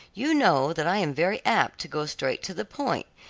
you know that i am very apt to go straight to the point,